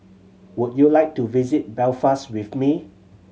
would you like to visit Belfast with me